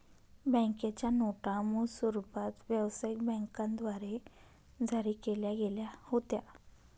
बँकेच्या नोटा मूळ स्वरूपात व्यवसायिक बँकांद्वारे जारी केल्या गेल्या होत्या